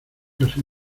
casi